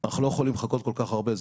אנחנו לא יכולים לחכות כל כך הרבה.